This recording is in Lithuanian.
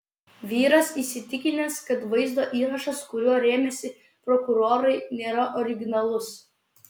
vyras įsitikinęs kad vaizdo įrašas kuriuo rėmėsi prokurorai nėra originalus